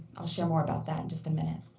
i'll share more about that in just a minute.